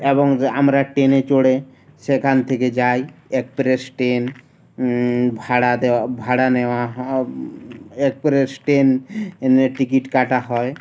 এবং আমরা ট্রনে চড়ে সেখান থেকে যাই একপ্রেস ট্রেন ভাড়া দেওয়া ভাড়া নেওয়া একপ্রেস ট্রেনে টিকিট কাটা হয়